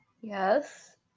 Yes